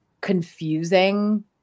confusing